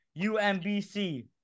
UMBC